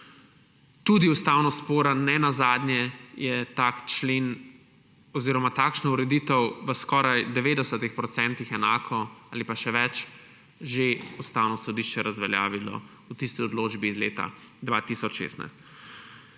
tudi ustavno sporen. Nenazadnje je tak člen oziroma takšno ureditev v skoraj 90 procentih enako ali pa še več že Ustavno sodišče razveljavilo v tisti odločbi iz leta 2016.